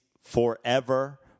forever